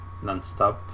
nonstop